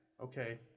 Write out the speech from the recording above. okay